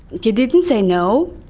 he didn't say no.